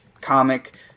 comic